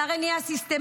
זה הרי נהיה סיסטמטי,